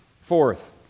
Fourth